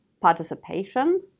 participation